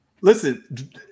Listen